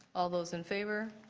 all those in favor?